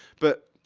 but,